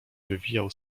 wywijał